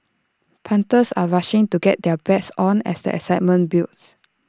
punters are rushing to get their bets on as the excitement builds